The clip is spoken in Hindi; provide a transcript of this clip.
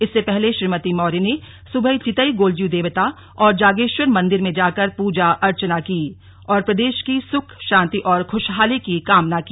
इससे पहले श्रीमती मौर्य ने सुबह चितई गोलज्यू देवता और जागे वर मंदिर में जाकर पूजा अर्चना की और प्रदे ा की सुख शान्ति और खु ाहाली की कामना की